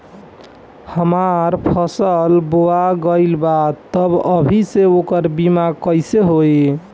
हमार फसल बोवा गएल बा तब अभी से ओकर बीमा कइसे होई?